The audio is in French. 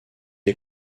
est